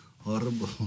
horrible